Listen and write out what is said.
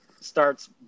starts